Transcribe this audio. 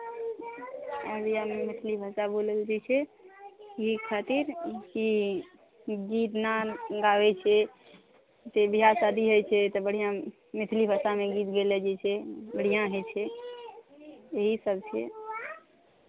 अररियामे मैथिली भाषा बोलल जाइ छै ई खातिर कि गीत नाद गाबै छै बियाह शादी होइ छै तऽ बढ़िआँ मैथिली भाषामे गीत गेलै जाइ छै बढ़िआँ होइ छै एहि सभ छै